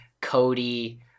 Cody